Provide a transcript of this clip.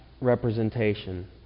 representation